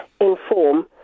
inform